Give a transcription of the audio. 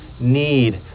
need